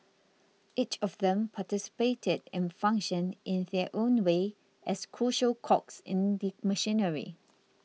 each of them participated and functioned in their own way as crucial cogs in the machinery